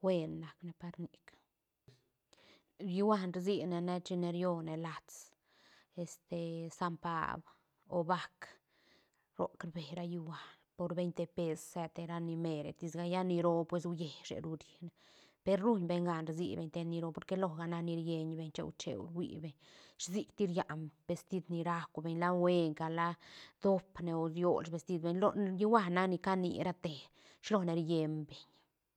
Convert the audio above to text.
buen nac ne par nic hïhuan rsi ne ne china rione lats este san paab o bác roc rbe ra hïhuan por veinte pes se te ra ni mere tis ga lla ni roo pues uieshe ru ri ne per run beñ gaan rsibeñ te ni roo porque loga nac ni rllen beñ cheu- cheu rhuibeñ shisic ti rian vestid ni rauc ben la huenca la doop ne o ciol vestid beñ hïhuan nac ni cani rate shilo ne rien beñ.